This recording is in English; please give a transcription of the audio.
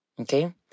Okay